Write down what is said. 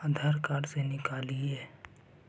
आधार card से निकाल हिऐ?